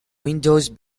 windows